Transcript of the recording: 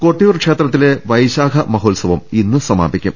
കൊട്ടിയൂർ ക്ഷേത്രത്തിലെ വൈശാഖ മഹോത്സവം ഇന്ന് സമാപിക്കും